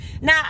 Now